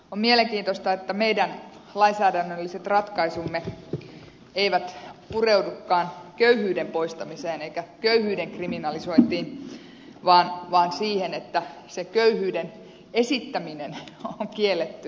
on mielenkiintoista että meidän lainsäädännölliset ratkaisumme eivät pureudukaan köyhyyden poistamiseen eivätkä köyhyyden kriminalisointiin vaan siihen että köyhyyden esittäminen on kiellettyä